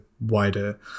wider